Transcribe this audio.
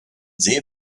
sehr